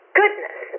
goodness